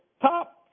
top